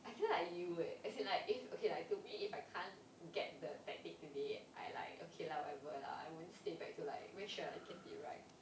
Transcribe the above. I feel like you eh as in like if okay lah to me if I can't get the tactic today I like okay lah whatever lah I wouldn't stay back to like make sure I get it right